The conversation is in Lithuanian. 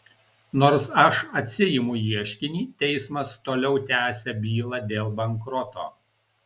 nors aš atsiimu ieškinį teismas toliau tęsia bylą dėl bankroto